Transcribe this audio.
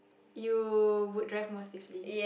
you would drive more safely